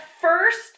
first